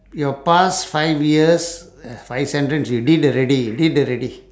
your past five years five sentence you did already did already